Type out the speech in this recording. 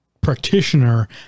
practitioner